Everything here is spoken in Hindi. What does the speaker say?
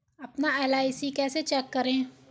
अपना एल.आई.सी कैसे चेक करें?